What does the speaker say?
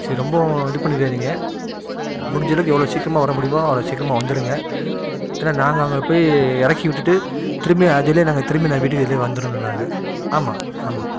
சரி ரொம்ப இது பண்ணிவிடாதிங்க முடிஞ்சளவுக்கு எவ்வளோ சீக்கிரமாக வர்ற முடியுமோ அவ்வளோ சீக்கிரமாக வந்துடுங்க ஏன்னா நாங்கள் அங்கே போய் இறக்கி விட்டுட்டு திரும்பி அதுலேயே நாங்கள் திரும்பி நாங்கள் வீட்டுக்கு இதில் வந்துடணும் நாங்கள் ஆமாம் ஆமாம்